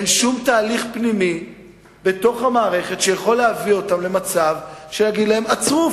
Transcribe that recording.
אין שום תהליך פנימי במערכת שיכול להביא אותם למצב שיגיד להם: עצרו,